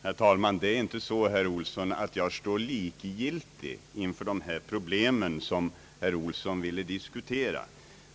Herr talman! Jag står alls inte likgiltig inför de problem som herr Olsson ville diskutera.